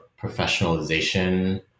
professionalization